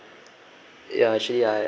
ya actually I